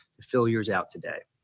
fill yours out today.